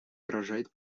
выражает